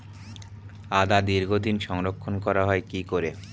আদা দীর্ঘদিন সংরক্ষণ করা হয় কি করে?